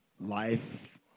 life